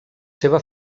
seva